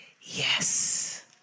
yes